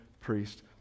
priest